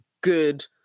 good